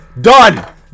done